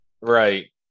Right